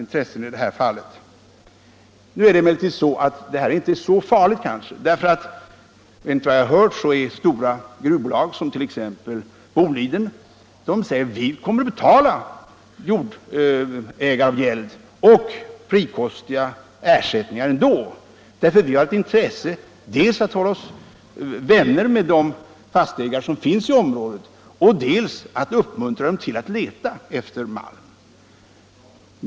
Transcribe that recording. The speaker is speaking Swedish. Nu är det här kanske inte så farligt, för enligt vad jag hört säger stora gruvbolag som Boliden: Vi kommer att betala jordägaravgäld och frikostiga ersättningar ändå, för vi har ett intresse av att dels vara vänner med de fastighetsägare som finns i området, dels uppmuntra dem till att leta efter malm.